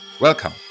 Welcome